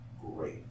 great